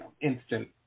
instant